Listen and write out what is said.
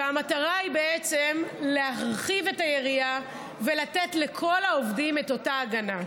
והמטרה היא בעצם להרחיב את היריעה ולתת לכל העובדים את אותה הגנה.